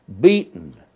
beaten